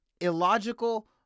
illogical